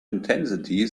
intensity